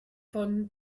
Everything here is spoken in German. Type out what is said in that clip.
von